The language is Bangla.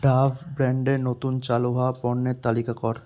ডাভ ব্র্যাণ্ডের নতুন চালু হওয়া পণ্যের তালিকা কর